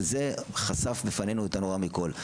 שזה חשף בפנינו את הנורא מכל.